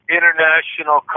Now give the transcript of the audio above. International